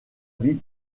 vie